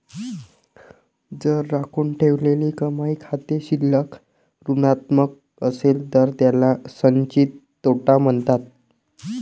जर राखून ठेवलेली कमाई खाते शिल्लक ऋणात्मक असेल तर त्याला संचित तोटा म्हणतात